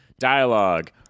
Dialogue